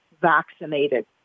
vaccinated